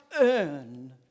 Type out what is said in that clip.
earn